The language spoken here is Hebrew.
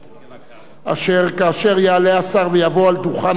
אשר כאשר יעלה השר ויבוא על דוכן הנואמים,